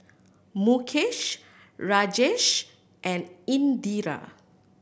Mukesh Rajesh and Indira